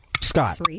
Scott